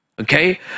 okay